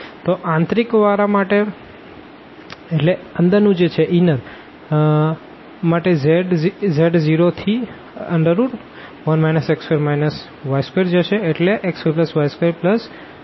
તો આંતરિક વાળા માટે z 0 થી 1 x2 y2જશે એટલે x2y2z2 બરાબર 1 થશે